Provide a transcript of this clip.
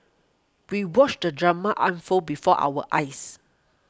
we watched the drama unfold before our eyes